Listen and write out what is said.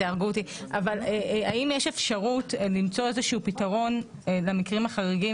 האם יש אפשרות למצוא פתרון למקרים החריגים